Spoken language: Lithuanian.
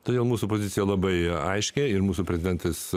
todėl mūsų pozicija labai aiškią ir mūsų prezidentas